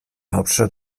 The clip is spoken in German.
hauptstadt